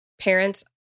parents